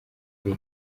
ari